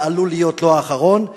אבל עלול להיות לא האחרון.